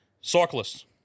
Cyclists